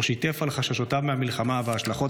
ובו שיתף על חששותיו מהמלחמה וההשלכות